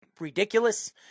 ridiculous